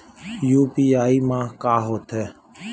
UPI मा का होथे?